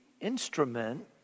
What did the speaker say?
instrument